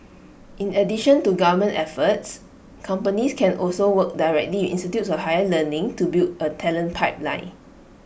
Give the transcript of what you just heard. in addition to government efforts companies can also work directly institutes of higher learning to build A talent pipeline